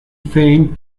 fame